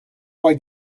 poi